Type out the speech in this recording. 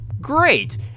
great